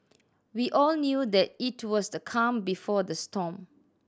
we all knew that it was the calm before the storm